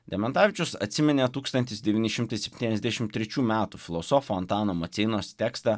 dementavičius atsiminė tūkstantis devyni šimtai septyniasdešim trečių metų filosofo antano maceinos tekstą